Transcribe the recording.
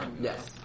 Yes